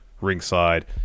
ringside